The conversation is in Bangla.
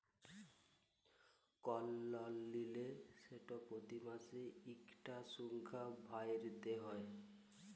কল লল লিলে সেট পতি মাসে ইকটা সংখ্যা ভ্যইরতে হ্যয়